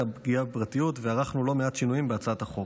הפגיעה בפרטיות וערכנו לא מעט שינויים בהצעת החוק.